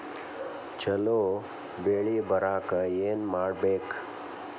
ಛಲೋ ಬೆಳಿ ಬರಾಕ ಏನ್ ಮಾಡ್ಬೇಕ್?